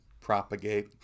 propagate